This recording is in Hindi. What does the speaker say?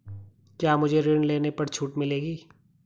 क्या मुझे ऋण लेने पर छूट मिलेगी?